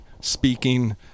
speaking